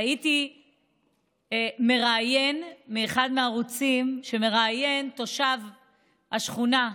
ראיתי מראיין מאחד הערוצים שמראיין תושב מהשכונה,